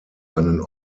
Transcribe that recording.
einen